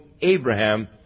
Abraham